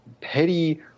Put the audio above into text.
petty